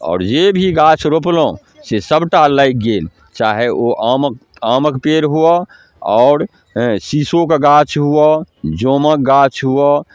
आओर जे भी गाछ रोपलहुँ से सबटा लागि गेल चाहे ओ आमके आमके पेड़ हुअऽ आओर शीशोके गाछ हुअऽ जौमके गाछ हुअऽ